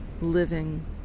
living